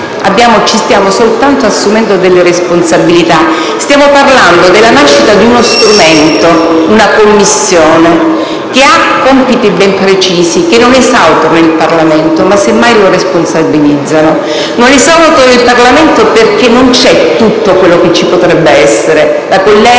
Ci stiamo solo assumendo delle responsabilità; stiamo parlando della nascita di uno strumento, una Commissione, che ha compiti ben precisi, che non esautora il Parlamento ma, semmai, lo responsabilizza. Non esautora il Parlamento perché non c'è tutto quello che ci potrebbe essere. La collega,